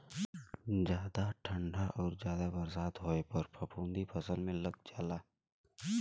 जादा ठंडा आउर जादा बरसात होए पर फफूंदी फसल में लग जाला